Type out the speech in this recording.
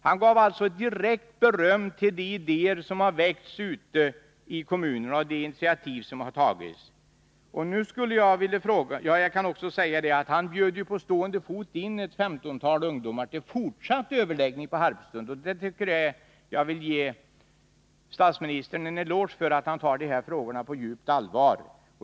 Han gav alltså ett direkt beröm för de idéer som väckts ute i kommunerna och de intitiativ som tagits. Han bjöd också på stående fot in ett femtontal ungdomar till fortsatt överläggning på Harpsund, och jag vill gärna ge statsministern en eloge för att han tar dessa frågor på djupt allvar.